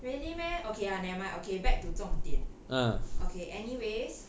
really meh okay ah never mind okay back to 重点 okay anyways